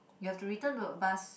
you have to return to a bus